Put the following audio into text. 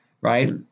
right